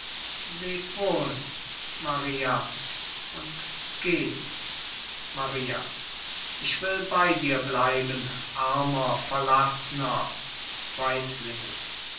maria und geh maria ich will bei dir bleiben armer verlaßner